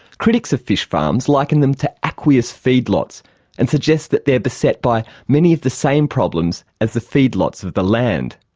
critics of fish farms liken them to aqueous feed lots and suggest that they're beset by many of the same problems as the feed lots of the land.